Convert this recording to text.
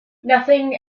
nothing